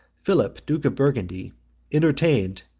philip duke of burgundy entertained,